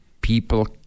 people